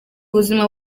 ubuzima